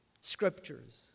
scriptures